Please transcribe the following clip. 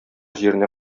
җиренә